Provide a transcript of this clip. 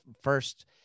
first